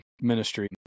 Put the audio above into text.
ministry